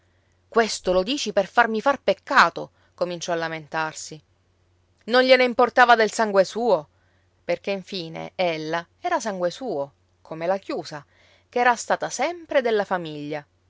questo lo dici per farmi far peccato cominciò a lamentarsi non gliene importava del sangue suo perché infine ella era sangue suo come la chiusa che era stata sempre della famiglia